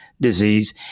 disease